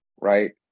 right